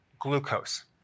glucose